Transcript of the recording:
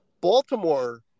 Baltimore